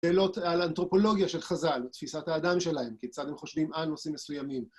שאלות על אנתרופולוגיה של חז"ל ותפיסת האדם שלהם, כיצד הם חושבים על נושאים מסוימים.